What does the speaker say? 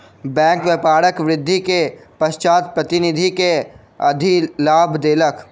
bank व्यापार वृद्धि के पश्चात प्रतिनिधि के अधिलाभ देलक